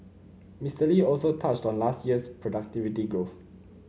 Mister Lee also touched on last year's productivity growth